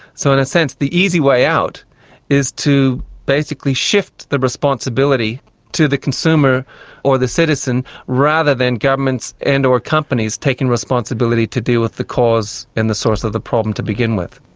so in a sense the easy way out is to basically shift the responsibility to the consumer or the citizen rather than governments and or companies taking responsibility to deal with the cause and the source of the problem to begin with.